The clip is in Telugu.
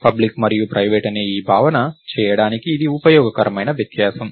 పబ్లిక్ మరియు ప్రైవేట్ అనే ఈ భావన చేయడానికి ఇది ఉపయోగకరమైన వ్యత్యాసం